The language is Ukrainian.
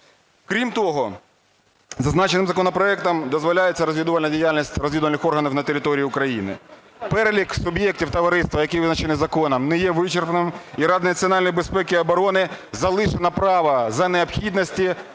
Крім того, зазначеним законопроектом дозволяється розвідувальна діяльність розвідувальних органів на території України. Перелік суб'єктів товариства, який визначений законом, не є вичерпним, і Раді національної безпеки і оборони залишено право за необхідності